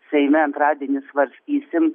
seime antradienį svarstysim